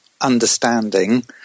understanding